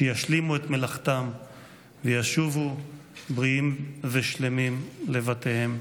שישלימו את מלאכתם וישובו בריאים ושלמים לבתיהם,